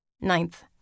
Ninth